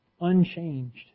unchanged